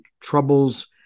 troubles